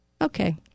Okay